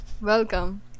Welcome